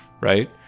Right